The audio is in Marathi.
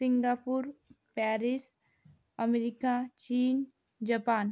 सिंगापूर पॅरिस अमेरिका चीन जपान